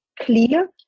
clear